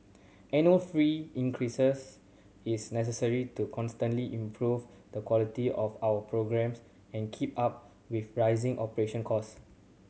annual fee increase is necessary to constantly improve the quality of our programmes and keep up with rising operation cost